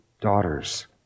daughters